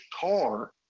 car